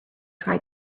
try